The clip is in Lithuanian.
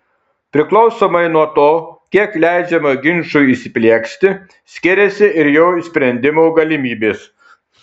priklausomai nuo to kiek leidžiama ginčui įsiplieksti skiriasi ir jo išsprendimo galimybės